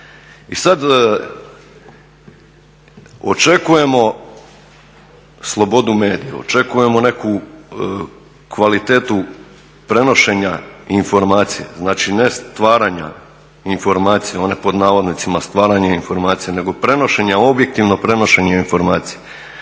I sad očekujemo slobodu medija, očekujemo neku kvalitetu prenošenja informacija, znači ne stvaranja informacija, … pod navodnicima stvaranje informacija, nego prenošenja, objektivno prenošenje informacija.